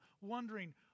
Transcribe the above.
wondering